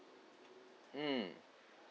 mm